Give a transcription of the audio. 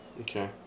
okay